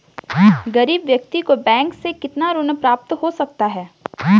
गरीब व्यक्ति को बैंक से कितना ऋण प्राप्त हो सकता है?